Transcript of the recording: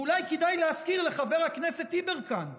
ואולי כדאי להזכיר לחבר הכנסת יברקן,